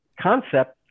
concept